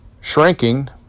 shrinking